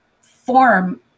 form